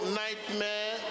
nightmare